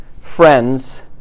friends